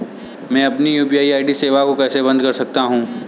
मैं अपनी यू.पी.आई सेवा को कैसे बंद कर सकता हूँ?